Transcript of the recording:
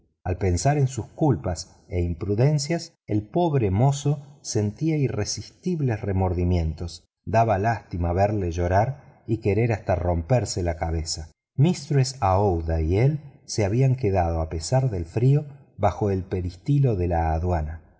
al pensar en sus culpas e imprudencias el pobre mozo sentía irresistibles remordimientos daba lástima verle llorar y querer hasta romperse la cabeza mistress aouída y él se habían quedado a pesar del frío bajo el peristilo de la aduana